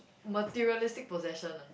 materialistic possession ah